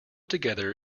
together